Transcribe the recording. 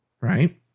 Right